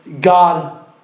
God